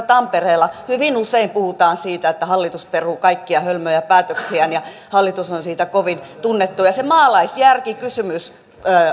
tampereella hyvin usein puhutaan siitä että hallitus peruu kaikkia hölmöjä päätöksiään ja hallitus on siitä kovin tunnettu se maalaisjärkikysymys